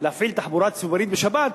להפעיל תחבורה ציבורית בשבת,